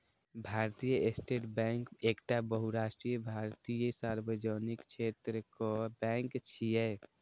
भारतीय State Bank एकटा बहुराष्ट्रीय भारतीय सार्वजनिक क्षेत्रक बैंक छियै